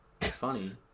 Funny